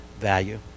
value